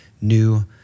new